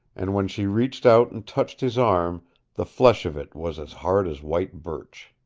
and when she reached out and touched his arm the flesh of it was as hard as white birch.